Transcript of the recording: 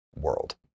world